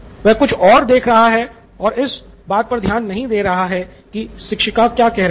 वह कुछ और देख रहा है और वह इस बात पर ध्यान नहीं दे रहा है कि शिक्षिका क्या कह रहीं है